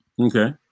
Okay